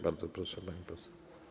Bardzo proszę, pani poseł.